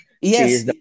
Yes